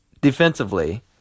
defensively